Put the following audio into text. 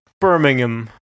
Birmingham